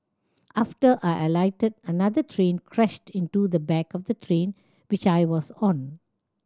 after I alighted another train crashed into the back of the train which I was on